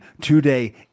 today